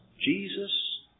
Jesus